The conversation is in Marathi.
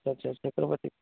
अच्छा अच्छा छत्रपती